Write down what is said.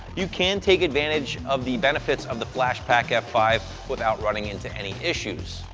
you can take advantage of the benefits of the flashpaq f five without running into any issues.